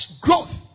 growth